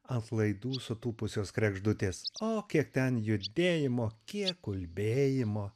ant laidų sutūpusios kregždutės o kiek ten judėjimo kiek ulbėjimo